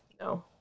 No